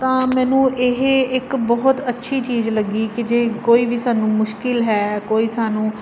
ਤਾਂ ਮੈਨੂੰ ਇਹ ਇੱਕ ਬਹੁਤ ਅੱਛੀ ਚੀਜ਼ ਲੱਗੀ ਕਿ ਜੇ ਕੋਈ ਵੀ ਸਾਨੂੰ ਮੁਸ਼ਕਿਲ ਹੈ ਕੋਈ ਸਾਨੂੰ